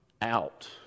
out